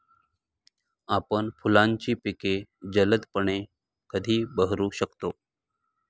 आपण फुलांची पिके जलदपणे कधी बहरू शकतो?